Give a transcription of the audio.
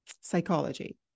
psychology